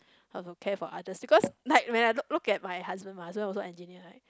have to care for others because like when I look look at my husband mah my husband also engineer right